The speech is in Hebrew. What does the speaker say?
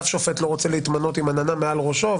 אף שופט לא רוצה להתמנות עם עננה מעל ראשו.